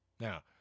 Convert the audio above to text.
Now